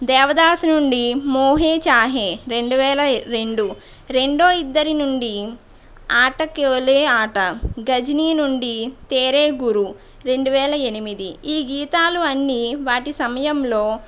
దేవదాసు నుండి మోహే చాహే రెండు వేల రెండు రెండో ఇద్దరి నుండి ఆటకోలే ఆట గజినీ నుండి తేరే గురు రెండు వేల ఎనిమిది ఈ గీతాలు అన్నీ వాటి సమయంలో